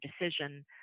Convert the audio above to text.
decision